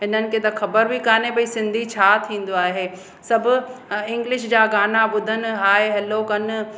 हिननि खे त ख़बर बि कोन्हे भई सिंधी छा थींदो आहे सब इंग्लिश जा गाना ॿुधनि हाए हैलो कनि